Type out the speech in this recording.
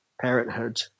parenthood